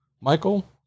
Michael